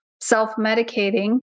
self-medicating